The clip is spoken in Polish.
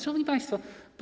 Szanowni Państwo!